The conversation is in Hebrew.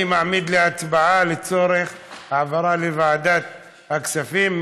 אני מעמיד להצבעה לצורך העברה לוועדת הכספים.